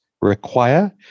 require